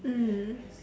mm